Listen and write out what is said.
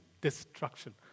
destruction